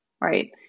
Right